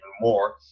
more